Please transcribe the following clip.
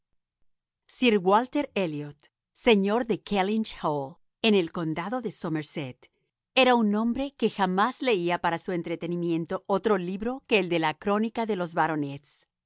sir walter elliot señor de kellynch hall en el condado de somerset era un hombre que jamás leía para su entretenimiento otro libro que el de la crónica de los baronets